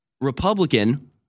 republican